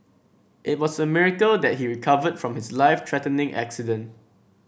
it was a miracle that he recovered from his life threatening accident